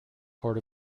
court